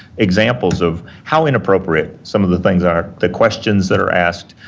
examples of how inappropriate some of the things are the questions that are asked,